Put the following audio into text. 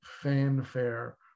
fanfare